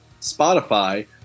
Spotify